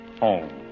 home